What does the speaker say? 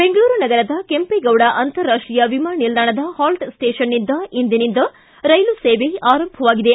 ಬೆಂಗಳೂರು ನಗರದ ಕೆಂಪೇಗೌಡ ಅಂತಾರಾಷ್ಟೀಯ ವಿಮಾನ ನಿಲ್ದಾಣದ ಹಾಲ್ಟ್ ಸ್ವೇಷನ್ದಿಂದ ಇಂದಿನಿಂದ ರೈಲು ಸೇವೆ ಆರಂಭವಾಗಿದೆ